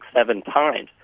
seven times.